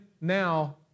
now